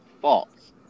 False